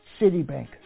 Citibank